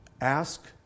Ask